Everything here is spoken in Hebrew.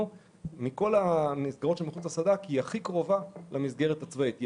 מכל המסגרות שמחוץ לסד"כ המסגרת הזו היא הקרובה ביותר למסגרת הצבאית,